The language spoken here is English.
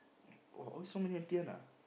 oh all so many empty one ah